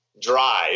drive